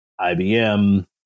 IBM